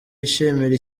yishimira